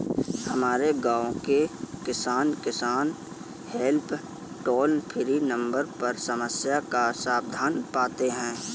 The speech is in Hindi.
हमारे गांव के किसान, किसान हेल्प टोल फ्री नंबर पर समस्या का समाधान पाते हैं